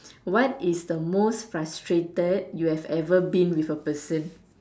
what is the most frustrated you have ever been with a person